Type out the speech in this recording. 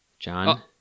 John